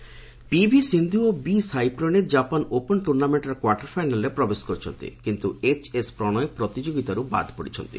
Japan Open PV Sindhu ଓ B Sai Praneeth Japan Open ଟୁର୍ଣ୍ଣାମେଣ୍ଟର quarter ଫାଇନାଲ୍ରେ ପ୍ରବେଶ କରିଛନ୍ତି କିନ୍ତୁ ଏଚ୍ଏସ୍ ପ୍ରଣୟ ପ୍ରତିଯୋଗୀତାରୁ ବାଦ୍ ପଡ଼ିଛନ୍ତି